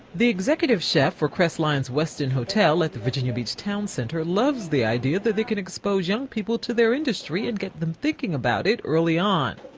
the executive chef for crestline's westin hotel at the virginia beach town center loves the idea that they can expose young people to their industry and get them thinking about it early on.